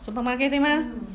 supermarket 对 mah